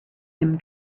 him